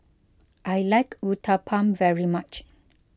I like Uthapam very much